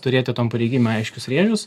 turėti tom pareigybėm aiškius rėžius